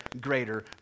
greater